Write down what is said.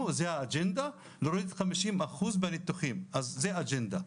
והאג'נדה זה להוריד כ-50% מהניתוחים.." אז זו האג'נדה.